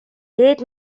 дээд